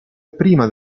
prima